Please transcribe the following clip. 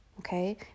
Okay